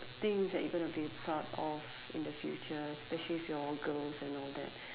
things that you going to be proud of in the future especially if y'all girls and all that